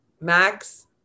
Max